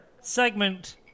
segment